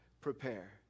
prepare